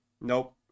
nope